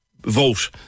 vote